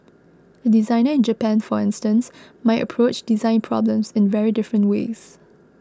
a designer in Japan for instance might approach design problems in very different ways